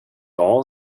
all